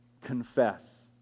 Confess